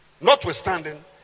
Notwithstanding